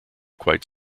quite